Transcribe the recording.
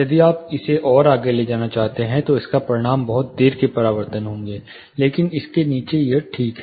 यदि आप इसे और आगे ले जाने जा रहे हैं तो इसका परिणाम बहुत देर के परावर्तन होंगे लेकिन इसके नीचे यह ठीक है